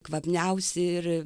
kvapniausi ir